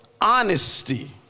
honesty